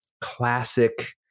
classic